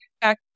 back